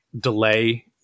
delay